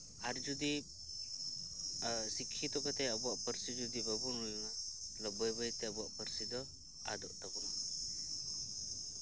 ᱟᱨ ᱡᱚᱫᱤ ᱥᱤᱠᱠᱷᱤᱛᱚ ᱠᱟᱛᱮᱫ ᱟᱵᱚᱣᱟᱜ ᱯᱟᱹᱨᱥᱤ ᱡᱚᱫᱤ ᱵᱟᱵᱚᱱ ᱞᱟᱦᱟᱭᱟ ᱵᱟᱹᱭ ᱵᱟᱹᱭ ᱛᱮ ᱟᱵᱚᱣᱟᱜ ᱯᱟᱹᱨᱥᱤ ᱫᱚ ᱟᱫᱚᱜ ᱛᱟᱵᱚᱱᱟ